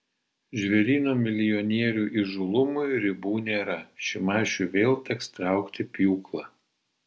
žvėryno milijonierių įžūlumui ribų nėra šimašiui vėl teks traukti pjūklą